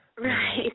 Right